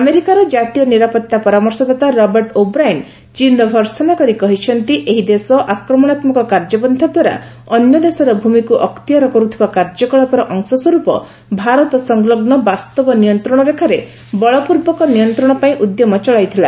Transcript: ଆମେରିକାର ଜାତୀୟ ନିରାପତ୍ତା ପରାମର୍ଶଦାତା ରବର୍ଟ ଓବ୍ରାଇନ୍ ଚୀନ୍ର ଭର୍ସନା କରି କହିଛନ୍ତି ଏହି ଦେଶ ଆକ୍ମଣାତ୍ମକ କାର୍ଯ୍ୟପନ୍ନା ଦ୍ୱାରା ଅନ୍ୟଦେଶର ଭୂମିକ୍ ଅକ୍ତିଆର କରିଥିବା କାର୍ଯ୍ୟକଳାପର ଅଂଶସ୍ୱରୂପ ଭାରତ ସଂଲଗ୍ନ ବାସ୍ତବ ନିୟନ୍ତ୍ରଣରେଖାରେ ବଳପୂର୍ବକ ନିୟନ୍ତ୍ରଣ ପାଇଁ ଉଦ୍ୟମ ଚଳାଇଥିଲା